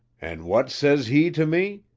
and what says he to me?